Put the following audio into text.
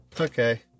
okay